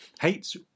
hates